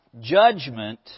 judgment